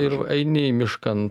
ir eini miškan